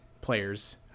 players